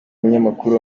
umunyamakuru